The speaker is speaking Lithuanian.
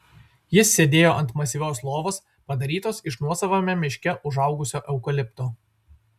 jis sėdėjo ant masyvios lovos padarytos iš nuosavame miške užaugusio eukalipto